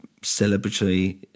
celebratory